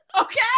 okay